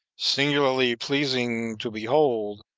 singularly pleasing to behold,